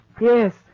Yes